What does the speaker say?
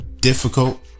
difficult